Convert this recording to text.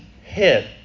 hit